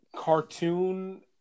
cartoon